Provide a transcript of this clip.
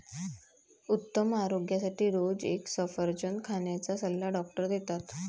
उत्तम आरोग्यासाठी रोज एक सफरचंद खाण्याचा सल्ला डॉक्टर देतात